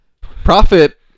Profit